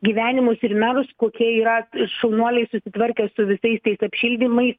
gyvenimus ir merus kokie yra šaunuoliai susitvarkė su visais tai apšildymais